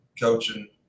coaching